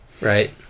Right